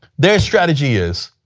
their strategy is,